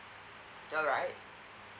alright